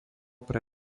pre